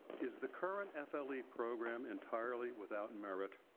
is the current f l e. program entirely without and merit?